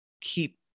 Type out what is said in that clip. keep